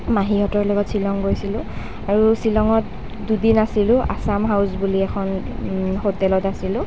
মাহীহঁতৰ লগত শ্বিলং গৈছিলোঁ আৰু শ্বিলঙত দুদিন আছিলোঁ আছাম হাউছ বুলি এখন হোটেলত আছিলোঁ